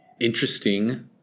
interesting